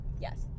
yes